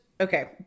okay